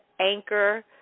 anchor